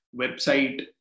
website